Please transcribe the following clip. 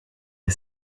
est